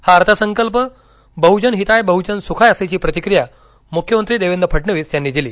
हा अर्थसंकल्प बहुजन हिताय बहुजन सुखाय असल्याची प्रतिक्रिया मुख्यमंत्री देवेंद्र फडणवीस यांनी दिली